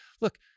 Look